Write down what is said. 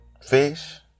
fish